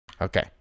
Okay